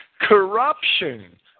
corruption